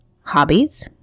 hobbies